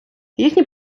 їхні